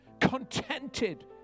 contented